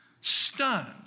Stunned